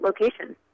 location